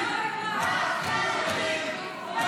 פחדנים.